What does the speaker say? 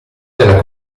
della